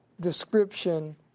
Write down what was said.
description